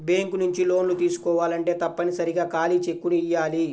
bank నుంచి లోన్లు తీసుకోవాలంటే తప్పనిసరిగా ఖాళీ చెక్కుని ఇయ్యాలి